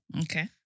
okay